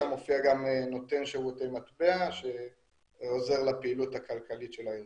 מופיע גם נותן שירותי מטבע שעוזר לפעילות הכלכלית של הארגון.